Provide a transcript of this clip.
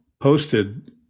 posted